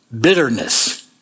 bitterness